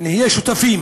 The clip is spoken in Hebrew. נהיה שותפים